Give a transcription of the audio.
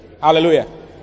Hallelujah